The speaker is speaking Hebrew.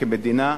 כמדינה,